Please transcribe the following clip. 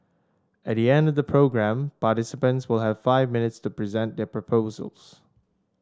at the end of the programme participants will have five minutes to present their proposals